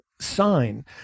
sign